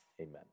Amen